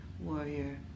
warrior